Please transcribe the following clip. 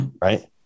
right